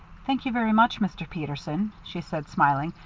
thank you very much, mr. peterson, she said, smiling,